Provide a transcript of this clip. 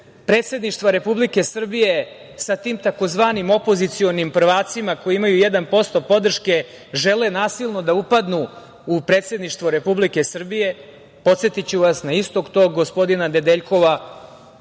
Predsedništva Republike Srbije sa tim tzv. opozicionim prvacima koji imaju 1% podrške, žele nasilno da upadnu u predsedništvo Republike Srbije. Podsetiću vas na istog tog gospodina Nedeljkova,